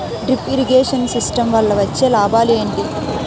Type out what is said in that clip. Drip irrigation system వల్ల వచ్చే లాభాలు ఏంటి?